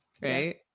right